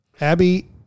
Abby